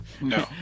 No